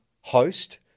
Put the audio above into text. host